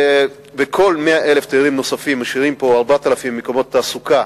והרי כל 100,000 תיירים נוספים משאירים פה 4,000 מקומות עבודה,